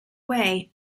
way